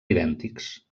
idèntics